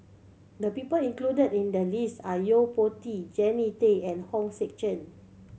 the people included in the list are Yo Po Tee Jannie Tay and Hong Sek Chern